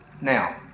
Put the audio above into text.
now